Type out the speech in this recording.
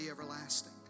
everlasting